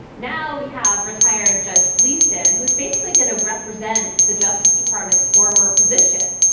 now, we have retired judge gleason, who is basically going to represent the justice department's former position.